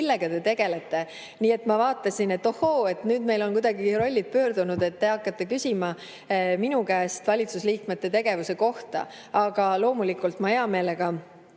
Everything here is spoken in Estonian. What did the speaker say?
millega te tegelete. Nii et ma vaatasin, et ohoo, nüüd meil on kuidagi rollid pöördunud, te hakkate küsima minu käest valitsuse liikmete tegevuse kohta. Aga loomulikult ma hea meelega